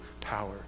power